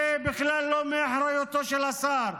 זה בכלל לא באחריותו של השר.